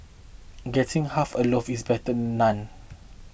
getting half a loaf is better none